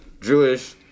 Jewish